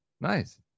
Nice